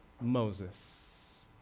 Moses